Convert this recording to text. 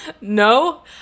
no